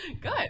Good